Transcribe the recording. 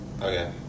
Okay